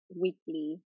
weekly